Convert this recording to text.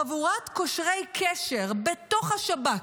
חבורת קושרי קשר בתוך השב"כ,